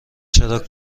چرا